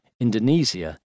Indonesia